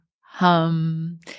hum